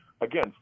again